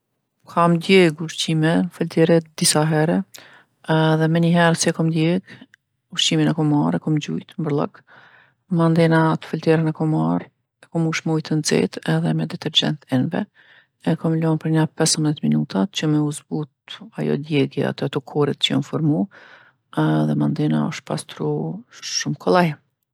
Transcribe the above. Kom djegë ushqime n'fëltere disa herë edhe meniherë si e kom djegë ushqimin e kom marr e kom gjujtë n'bërllog. Mandena atë fëlterën e kom marr e kom mush me ujë t'nxehtë edhe me detergjent t'enve, e kom lon për nja pesëmdhet minuta që me u zbut ajo djegja te ato korret që jon formu edhe mandena osht pastru shumë kollaj.